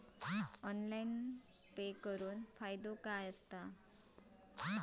Online pay करुन फायदो काय?